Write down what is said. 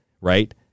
right